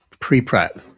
pre-prep